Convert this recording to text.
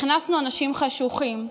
הכנסנו אנשים חשוכים.